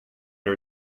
our